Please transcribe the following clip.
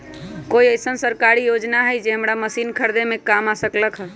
कोइ अईसन सरकारी योजना हई जे हमरा मशीन खरीदे में काम आ सकलक ह?